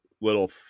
little